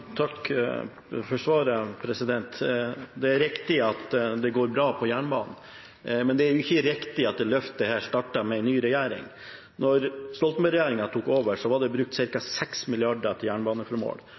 Takk for svaret. Det er riktig at det går bra på jernbanen, men det er ikke riktig at dette løftet startet med en ny regjering. Da Stoltenberg-regjeringen tok over, ble det brukt